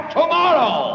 tomorrow